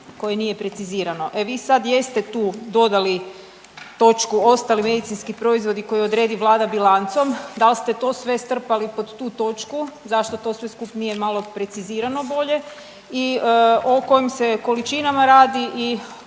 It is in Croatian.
koje nije precizirano. E vi sad jeste tu dodali točku ostali medicinski proizvodi koje odredi vlada bilancom. Da li ste sve to strpali pod tu točku, zašto to sve skup nije malo precizirano bolje i o kojim se količinama rada i